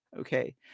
Okay